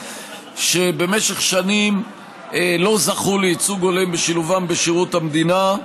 שבמשך שנים לא זכו לייצוג הולם בשילובם בשירות המדינה.